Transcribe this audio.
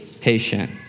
patient